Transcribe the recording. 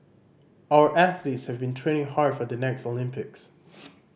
our athletes have been training hard for the next Olympics